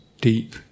deep